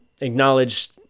Acknowledged